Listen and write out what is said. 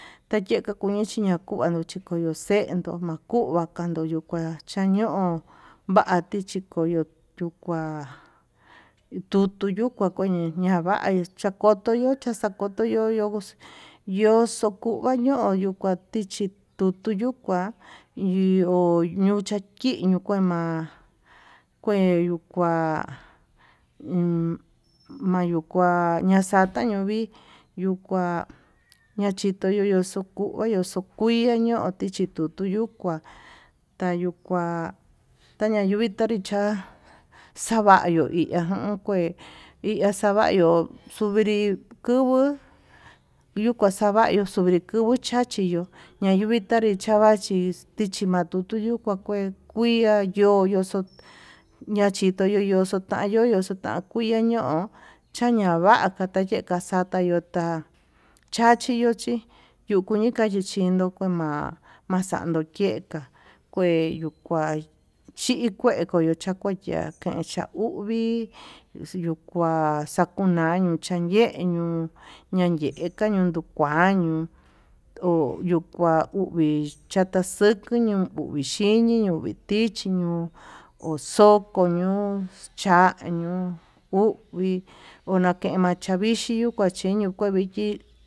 Tayeka kuñii chiñakua ñoxetu chikuva kan nduu kua cha'a, ño'o vati xhikoyo yukua tukuñuka ñava'a kotoyo chixakotoyo yo xokuvaño tikuá tichi yutuyukuá, yo'o ñuu chakiño kii ma'a kue yuu kuan mayukua maxata yo'o vii yuu kua machito yoxotuño xukuia ño'o tii ña'a xukuyu ñuu kua tayuu kuá tañañoi chonri cha'a xavayo iha kue iha xavayo, xuvirpi kuvuu yuu kua xavayu kuvinri kuvuu cha'a chachiyo ñayuu kuitanri havachí tichil, ma'a tukuu kua kue kualkui iha yo yoxo nachita yoyoxo ta yoyoxo takui ha ño'o chañava taka tayeka xata yo'o ta chachi yo'o chí yuu kuu ni kachichindo kuema'a maxanndo ke'e ka kue yuu kua chikue koyo xakuayaka chauvii yuu kuá takuñanu chande ñuu ñanyeka yanyukua ñuu ho yukua uvii yataxeka ñuu kuvii xhiniño kuvii ichi ño'o oxoko ñuu chañio kuvii onaken ma'a xavixhi yukuan chiño kue vichí.